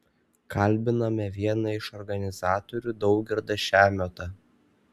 kalbiname vieną iš organizatorių daugirdą šemiotą